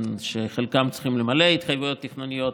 שחלקם צריכים למלא התחייבויות תכנוניות,